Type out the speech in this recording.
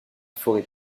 forêt